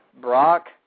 Brock